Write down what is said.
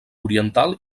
oriental